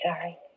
sorry